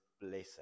blessing